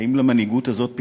האם למנהיגות הזאת פיללנו?